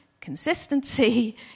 consistency